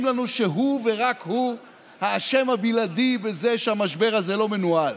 לנו שהוא ורק הוא האשם הבלעדי בזה שהמשבר הזה לא מנוהל.